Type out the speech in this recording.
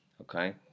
Okay